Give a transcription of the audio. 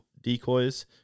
decoys